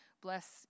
bless